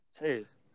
Jeez